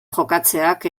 jokatzeak